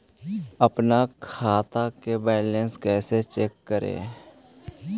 अपन खाता के बैलेंस कैसे चेक करे?